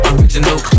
Original